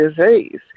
disease